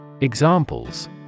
Examples